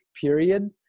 period